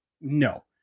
no